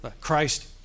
Christ